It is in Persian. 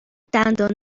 دندان